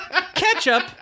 ketchup